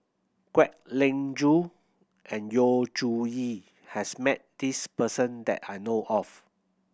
Kwek Leng Joo and Yu Zhuye has met this person that I know of